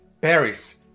Paris